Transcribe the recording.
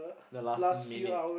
the last minute